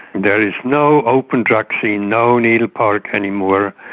there is no open drug scene, no needle park anymore.